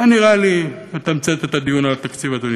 זה, נראה לי, מתמצת את הדיון על התקציב, אדוני.